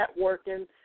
networking